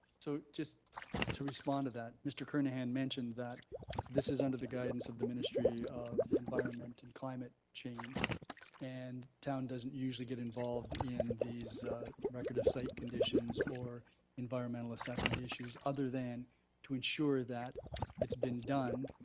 just to respond to that mr. kernahan mentioned that this is under the guidance of the ministry of environment and climate change and town doesn't usually get involved in these record of site conditions or environmental assessment issues other than to ensure that it's been done,